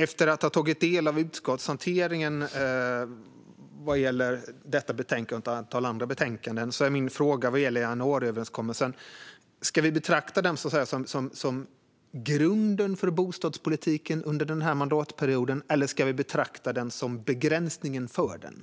Efter att ha tagit del av utskottshanteringen av detta betänkande och ett antal andra betänkanden är min fråga vad gäller januariöverenskommelsen: Ska vi betrakta den som grunden för bostadspolitiken under den här mandatperioden, eller ska vi betrakta den som begränsningen för den?